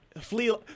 Flea